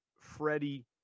Freddie